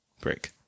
break